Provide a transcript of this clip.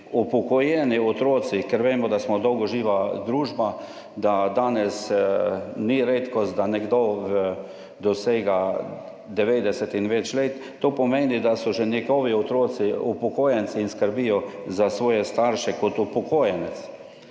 upokojeni otroci, ker vemo, da smo dolgoživa družba, da danes ni redkost, da nekdo v dosega 90 in več let, to pomeni, da so že njegovi otroci upokojenci in skrbijo za svoje starše kot upokojenec.